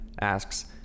asks